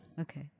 Okay